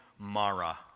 Mara